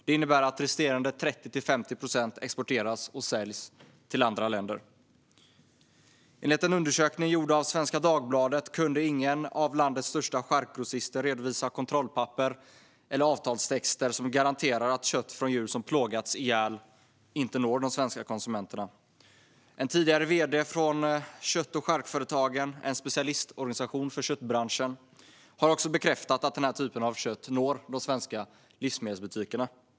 Det innebär att resterande 30-50 procent exporteras och säljs till andra länder. Enligt en undersökning gjord av Svenska Dagbladet kunde ingen av landets största charkgrossister redovisa kontrollrapporter eller avtalstexter som garanterar att kött från djur som plågats ihjäl inte når de svenska konsumenterna. En tidigare vd för Kött och Charkföretagen, en specialistorganisation för köttbranschen, har också bekräftat att den här typen av kött når de svenska livsmedelsbutikerna.